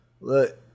look